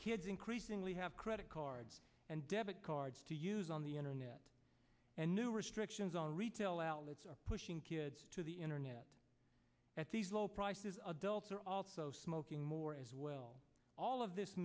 kids increasingly have credit cards and debit cards to use on the internet and new restrictions on retail outlets are pushing kids to the internet at these low prices adults are also smoking more as well all of this